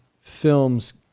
films